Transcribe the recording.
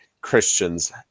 Christians